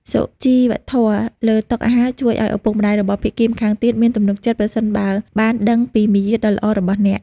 សុជីវធម៌លើតុអាហារជួយឱ្យឪពុកម្ដាយរបស់ភាគីម្ខាងទៀតមានទំនុកចិត្ត ប្រសិនបើបានដឹងពីមារយាទដ៏ល្អរបស់អ្នក។